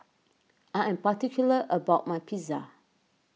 I am particular about my Pizza